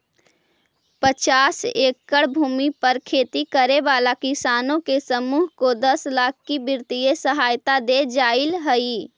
पचास एकड़ भूमि पर खेती करे वाला किसानों के समूह को दस लाख की वित्तीय सहायता दे जाईल हई